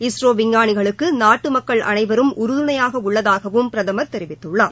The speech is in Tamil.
இஸ்ரோ விஞ்ஞானிகளுக்கு நாட்டு மக்கள் அனைவரும் உறுதுணையாக உள்ளதாகவும் பிரதம் தெரிவித்துள்ளார்